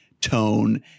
tone